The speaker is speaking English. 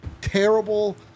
terrible